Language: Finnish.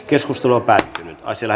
keskustelu päättyi